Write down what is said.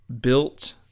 built